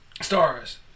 stars